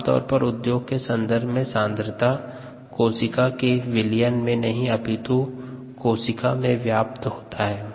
आमतौर पर उद्योग के सन्दर्भ में सांद्रता कोशिका के विलयन में नहीं अपितु कोशिका में व्याप्त होता है